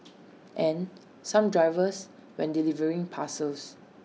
and some drivers when delivering parcels